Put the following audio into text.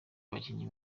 bakinnyi